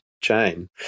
chain